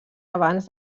abans